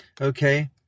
okay